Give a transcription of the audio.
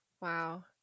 wow